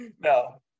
No